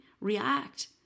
react